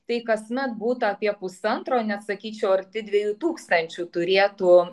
tai kasmet būtų apie pusantro net sakyčiau arti dviejų tūkstančių turėtų